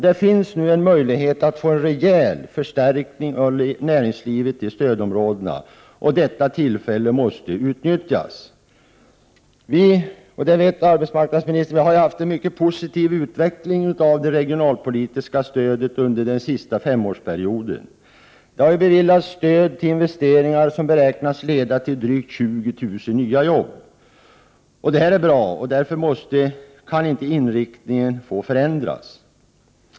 Det finns nu en möjlighet att få en rejäl förstärkning av näringslivet i stödområdena — och detta tillfälle måste utnyttjas. Som arbetsmarknadsministern vet har vi under den senaste femårsperioden haft en mycket positiv utveckling av det regionalpolitiska stödet. Det har ju beviljats stöd till investeringar som beräknas leda till drygt 20 000 nya arbeten. Det är bra, men inriktningen får inte ändras.